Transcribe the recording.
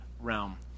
realm